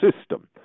system